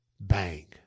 bang